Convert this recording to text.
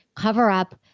cover up.